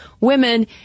women